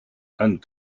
and